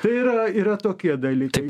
tai yra yra tokie dalykai